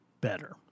better